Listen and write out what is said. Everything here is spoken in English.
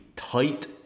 tight